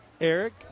Eric